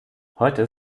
heute